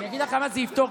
אני אגיד לך למה זה יפתור,